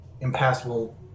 impassable